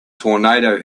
tornado